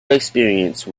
experience